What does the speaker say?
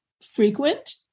frequent